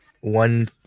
one